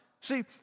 See